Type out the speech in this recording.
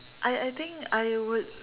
I I think I would